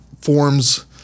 forms